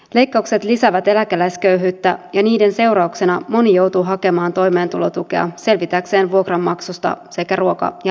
leikkaukset lisäävät eläkeläisköyhyyttä ja niiden seurauksena moni joutuu hakemaan toimeentulotukea selvitäkseen vuokranmaksusta sekä ruoka ja lääkekuluista